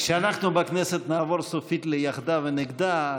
כשאנחנו בכנסת נעבור סופית ליחדה ונגדה,